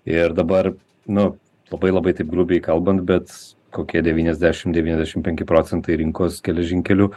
ir dabar nu labai labai taip grubiai kalbant bet kokie devyniasdešim devyniasdešim penki procentai rinkos geležinkelių